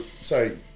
sorry